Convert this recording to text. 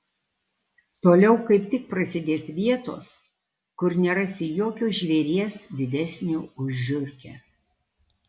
toliau kaip tik prasidės vietos kur nerasi jokio žvėries didesnio už žiurkę